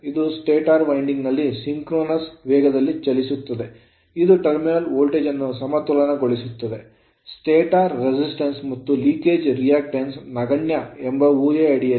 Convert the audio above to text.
ಇದು stator winding ನಲ್ಲಿ synchronous ವೇಗದಲ್ಲಿ ಚಲಿಸುತ್ತದೆ ಇದು ಟರ್ಮಿನಲ್ ವೋಲ್ಟೇಜ್ ಅನ್ನು ಸಮತೋಲನಗೊಳಿಸುತ್ತದೆ stator ಸ್ಟಾಟರ್ resistance ಪ್ರತಿರೋಧ ಮತ್ತು leakage reactance ಸೋರಿಕೆ ಪ್ರತಿಕ್ರಿಯೆ ನಗಣ್ಯ ಎಂಬ ಊಹೆಯ ಅಡಿಯಲ್ಲಿ